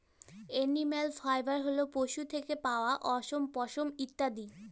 animal fibre হল পশু থেকে পাওয়া অশম, পশম ইত্যাদি